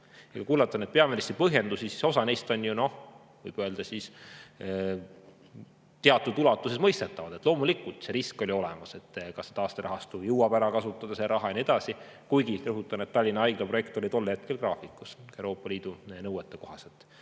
kui kuulata peaministri põhjendusi, siis osa neist on ju, võib öelda, teatud ulatuses mõistetavad. Loomulikult, see risk oli olemas, kas jõuab taasterahastu raha ära kasutada ja nii edasi, kuigi rõhutan, et Tallinna Haigla projekt oli tol hetkel graafikus Euroopa Liidu nõuete kohaselt.